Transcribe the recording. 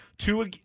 two